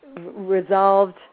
resolved